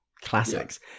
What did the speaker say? classics